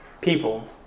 people